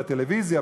בטלוויזיה,